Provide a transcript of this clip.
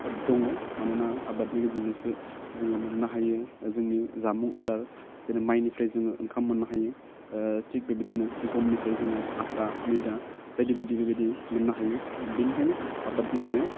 ओह दङ मानोना आबादनि गेजेरजोंसो जोङो मोननो हायो जोंनि जामुं आदार जेरै मायनिफ्राय जोङो ओंखाम मोननो हायो ओह थिक बेबादिनो गमनिफ्राय जोङो आथा मैदा बायदि बायदि बेबादिनो मोननो हायो बिनिखायनो आबाद मावनाया